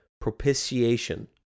propitiation